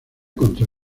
contra